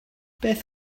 beth